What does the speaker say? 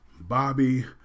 Bobby